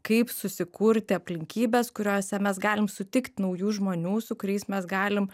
kaip susikurti aplinkybes kuriose mes galim sutikt naujų žmonių su kuriais mes galim